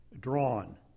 drawn